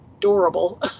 adorable